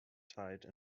tide